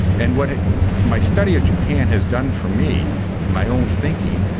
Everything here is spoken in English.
and what my study of japan has done for me and my own thinking,